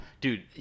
Dude